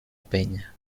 peña